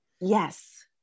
Yes